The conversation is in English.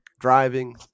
Driving